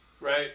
Right